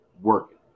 working